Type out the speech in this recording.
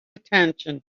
attention